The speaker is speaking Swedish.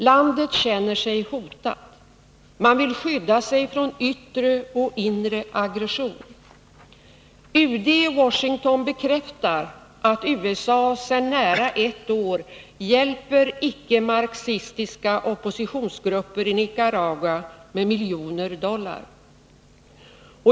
Landet känner sig hotat. Man vill skydda sig från ”yttre och inre aggression”. UD i Washington bekräftar att USA sedan nära ett år tillbaka hjälper icke-marxistiska oppositionsgrupper i Nicaragua med miljoner dollar.